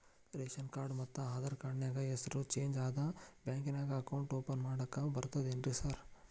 Ration card ಮತ್ತ Aadhaar card ನ್ಯಾಗ ಹೆಸರು ಚೇಂಜ್ ಅದಾ ಬ್ಯಾಂಕಿನ್ಯಾಗ ಅಕೌಂಟ್ ಓಪನ್ ಮಾಡಾಕ ಬರ್ತಾದೇನ್ರಿ ಸಾರ್?